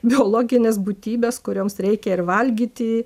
biologinės būtybės kurioms reikia ir valgyti